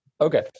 Okay